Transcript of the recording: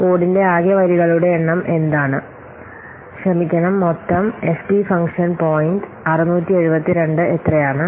കോഡിന്റെ ആകെ വരികളുടെ എണ്ണം എന്താണ് ക്ഷമിക്കണം മൊത്തം എഫ്പി ഫംഗ്ഷൻ പോയിൻറ് 672 എത്രയാണ്